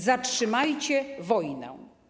Zatrzymajcie wojnę.